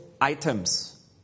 items